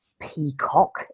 peacock